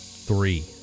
three